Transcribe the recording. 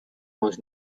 was